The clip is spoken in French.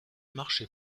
marché